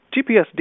GPSD